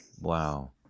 Wow